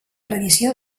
tradició